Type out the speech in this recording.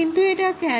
এটা কেন হয়